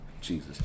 Jesus